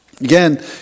Again